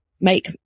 make